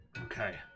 Okay